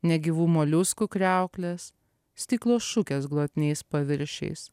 negyvų moliuskų kriauklės stiklo šukės glotniais paviršiais